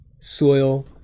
soil